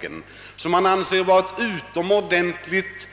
Den anläggningen ansåg han vara ett utomordentligt